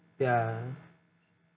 ya